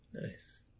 Nice